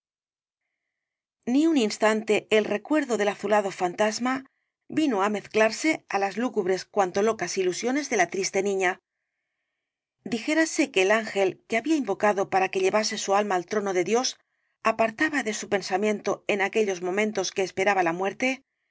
ni un instante el recuerdo del azulado fantasma vino á mezclarse á las lúgubres cuanto locas ilusiones de la triste niña dijérase que el ángel que había invocado para que llevase su alma al trono de dios apartaba de su pensamiento en aquellos momentos que esperaba la muerte